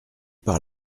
par